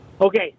Okay